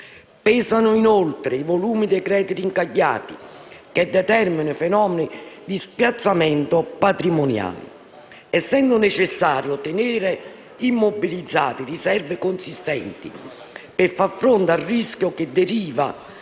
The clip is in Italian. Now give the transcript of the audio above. Pesano inoltre i volumi dei crediti incagliati, che determinano fenomeni di spiazzamento patrimoniali, essendo necessario tenere immobilizzate riserve consistenti per far fronte al rischio che deriva